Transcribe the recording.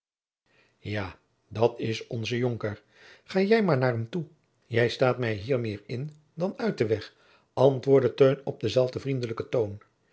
ja dat is onze jonker ga jij maôr naôr hem toe je staôt mij hier meer in dan uit den weg antwoordde teun op dezelfden vriendelijken toon